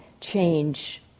change